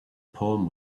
poem